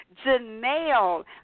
Janelle